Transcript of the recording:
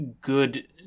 good